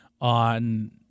on